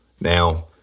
Now